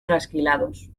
trasquilados